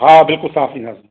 हा बिल्कुल साफ़ु ॾींदासीं